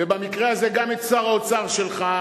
ובמקרה הזה גם את שר האוצר שלך,